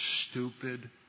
stupid